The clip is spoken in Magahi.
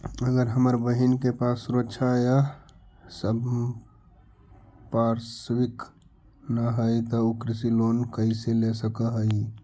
अगर हमर बहिन के पास सुरक्षा या संपार्श्विक ना हई त उ कृषि लोन कईसे ले सक हई?